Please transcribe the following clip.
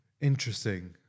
Interesting